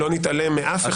ולא נתעלם מאף אחד.